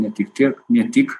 ne tik tiek ne tik